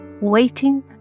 Waiting